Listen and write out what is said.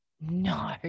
No